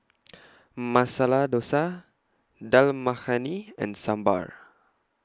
Masala Dosa Dal Makhani and Sambar